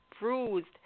bruised